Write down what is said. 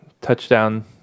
touchdown